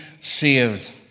saved